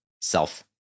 Self